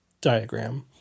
diagram